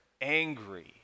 angry